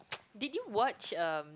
did you watch um